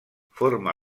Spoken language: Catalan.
forma